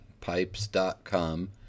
pipes.com